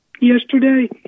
yesterday